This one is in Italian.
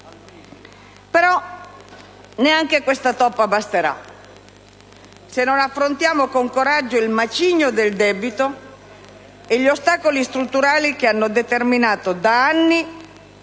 neanche questa toppa basterà se non affrontiamo con coraggio il macigno del debito e gli ostacoli strutturali che hanno determinato da anni,